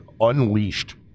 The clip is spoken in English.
Unleashed